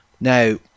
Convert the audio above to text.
now